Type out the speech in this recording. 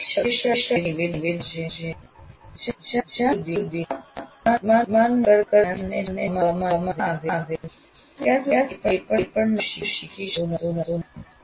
એક શક્તિશાળી નિવેદન છે "જ્યાં સુધી વર્તમાન નક્કર જ્ઞાન સાથે ના જોડવામાં આવે ત્યાં સુધી કંઈપણ નવું શીખી શકાતું નથી"